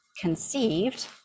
conceived